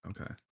Okay